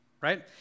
right